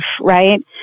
right